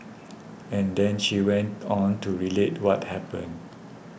and then she went on to relate what happened